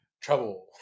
trouble